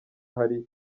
hari